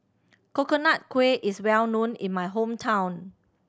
Coconut Kuih is well known in my hometown